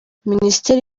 minisiteri